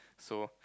so